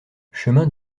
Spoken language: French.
chemin